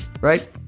right